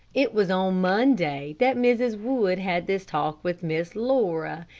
it was on monday that mrs. wood had this talk with miss laura,